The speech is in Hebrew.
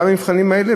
גם במבחנים האלה,